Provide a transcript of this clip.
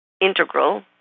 integral